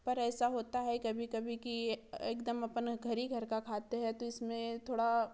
पर ऐसा होता है कभी कभी कि एकदम अपन घर ही घर का खाते हैं तो इसमें थोड़ा